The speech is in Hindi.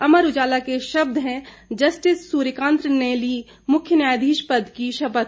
अमर उजाला के शब्द हैं जस्टिस सूर्यकांत ने ली मुख्य न्यायाधीश पद की शपथ